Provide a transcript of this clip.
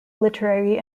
literary